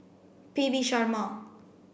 P V Sharma